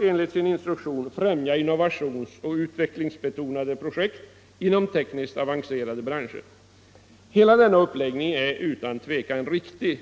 enligt sin instruktion också främja innovationsoch utvecklingsbetonade projekt inom tekniskt avancerade branscher. Hela denna uppläggning är utan tvivel riktig.